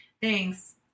thanks